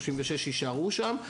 36 שיישארו שם,